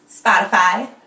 Spotify